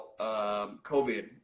COVID